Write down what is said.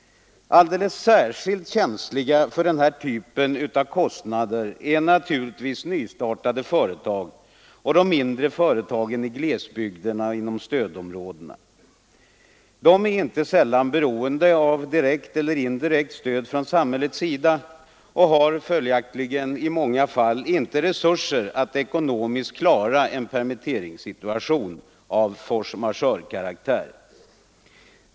Alldeles särskilt känsliga för den här typen av kostnader är naturligtvis nystartade företag och de mindre företagen i glesbygderna och inom stödområdena. De är inte sällan beroende av direkt eller indirekt stöd från samhället och har följaktligen i många fall inte resurser att ekonomiskt klara en permitteringssituation av force majeure-karaktär.